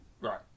Right